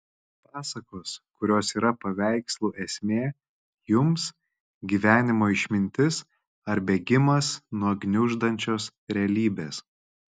pasakos kurios yra paveikslų esmė jums gyvenimo išmintis ar bėgimas nuo gniuždančios realybės